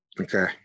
Okay